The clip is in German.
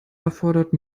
erfordert